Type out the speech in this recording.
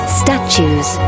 statues